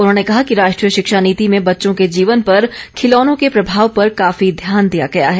उन्होंने कहा कि राष्ट्रीय शिक्षा नीति में बच्चों के जीवन पर खिलौनों के प्रभाव पर काफी ध्यान दिया गया है